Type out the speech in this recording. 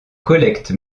collecte